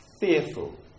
fearful